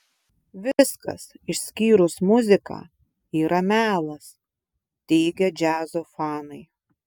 viskas išskyrus muziką yra melas teigia džiazo fanai